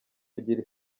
kugira